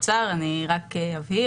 רק אבהיר